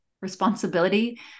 responsibility